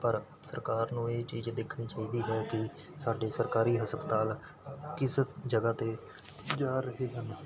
ਪਰ ਸਰਕਾਰ ਨੂੰ ਇਹ ਚੀਜ਼ ਦੇਖਣੀ ਚਾਹੀਦੀ ਹੈ ਕਿ ਸਾਡੇ ਸਰਕਾਰੀ ਹਸਪਤਾਲ ਕਿਸ ਜਗ੍ਹਾ 'ਤੇ ਜਾ ਰਹੇ ਹਨ